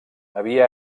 havia